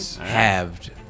Halved